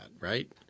right